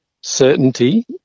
certainty